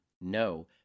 no